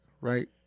right